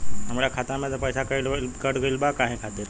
हमरे खाता में से पैसाकट गइल बा काहे खातिर?